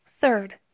Third